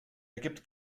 ergibt